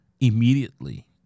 immediately